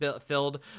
filled